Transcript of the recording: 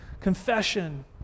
confession